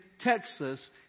Texas